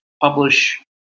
publish